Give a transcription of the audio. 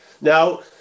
Now